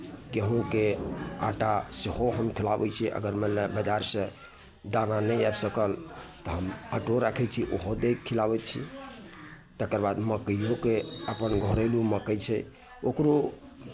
गेहुँके आटा सेहो हम खिलाबै छियै अगर मानि लए बजारसँ दाना नहि आबि सकल तऽ हम आटो राखै छियै ओहो दै खिलाबै छियै तकरबाद मकइओके अपन घरेलू मकइ छै ओकरो